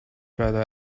better